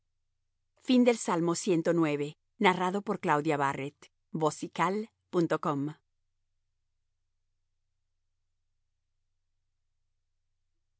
honduras de las